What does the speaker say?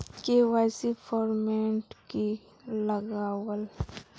KYC format की लगावल?